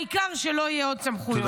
העיקר שלו יהיו עוד סמכויות.